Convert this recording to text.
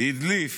הדליף